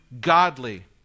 godly